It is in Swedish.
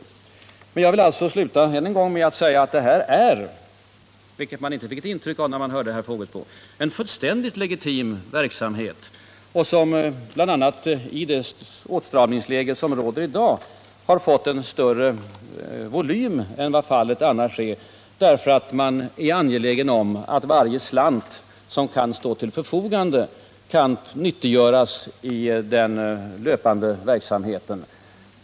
49 Jag vill sluta med att ännu en gång säga att detta är — vilket man inte fick ett intryck av när man hörde herr Fågelsbo — en fullständigt legitim verksamhet som i det åtstramningsläge som i dag råder fått en större volym än fallet annars skulle ha varit. Man är nu angelägen om att varje slant som kan stå till förfogande skall kunna nyttiggöras i den löpande verksamheten.